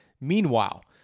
Meanwhile